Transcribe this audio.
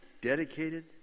dedicated